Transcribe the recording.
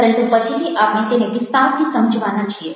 પરંતુ પછીથી આપણે તેને વિસ્તારથી સમજવાના છીએ